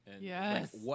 Yes